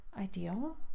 ideal